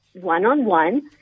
one-on-one